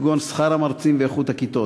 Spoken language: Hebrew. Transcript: כגון שכר המרצים ואיכות הכיתות.